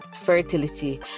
fertility